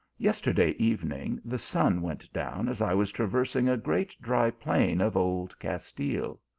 yesterday evening the sun went down as i was traversing a great dry plain of old castile.